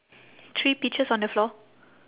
three peaches on the floor